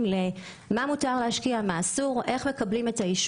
לגבי השקעות אסורות והשקעות מותרות.